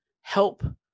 help